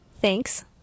thanks